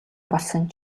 болсон